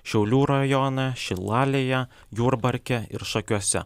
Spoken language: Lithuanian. šiaulių rajone šilalėje jurbarke ir šakiuose